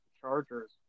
Chargers